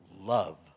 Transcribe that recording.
love